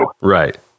Right